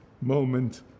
moment